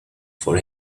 for